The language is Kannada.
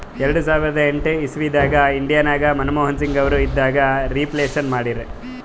ಎರಡು ಸಾವಿರದ ಎಂಟ್ ಇಸವಿದಾಗ್ ಇಂಡಿಯಾ ನಾಗ್ ಮನಮೋಹನ್ ಸಿಂಗ್ ಅವರು ಇದ್ದಾಗ ರಿಫ್ಲೇಷನ್ ಮಾಡಿರು